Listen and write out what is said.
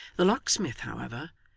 the locksmith, however,